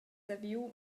saviu